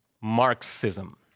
Marxism